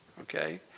okay